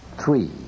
Three